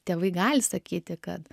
tėvai gali sakyti kad